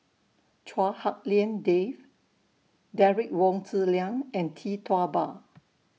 Chua Hak Lien Dave Derek Wong Zi Liang and Tee Tua Ba